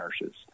nurses